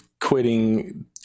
quitting